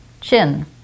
Chin